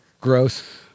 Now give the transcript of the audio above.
gross